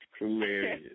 Hilarious